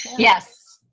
yes.